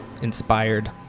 inspired